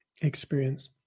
experience